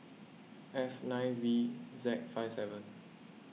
F nine V Z five seven